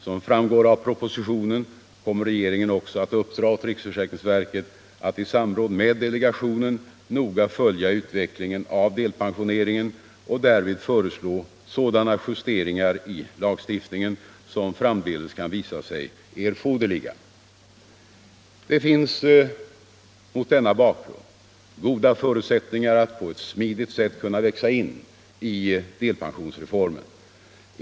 Som framgår av propositionen kommer regeringen också att uppdra åt riksförsäkringsverket att i samråd med delegationen noga följa utvecklingen av delpensioneringen och därvid föreslå sådana justeringar i lagstiftningen som framdeles kan visa sig erforderliga. Det finns mot denna bakgrund goda förutsättningar att på ett smidigt sätt kunna växa in i delpensionsreformen.